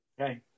Okay